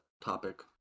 topic